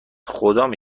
خدامه